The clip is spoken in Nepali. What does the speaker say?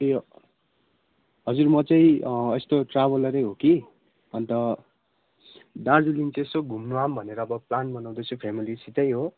ए हजुर म चाहिँ यस्तो ट्राभलरै हो कि अनि त दार्जिलिङ चाहिँ यसो घुम्न आऊँ भनेर अब प्लान बनाउँदैछु फ्यामिलीसितै हो